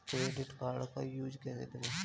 Credit card का use कैसे करें?